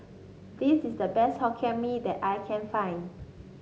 this is the best Hokkien Mee that I can find